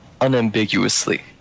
unambiguously